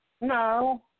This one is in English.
No